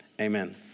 Amen